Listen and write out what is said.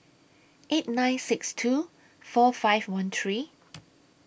eight nine six two four five one three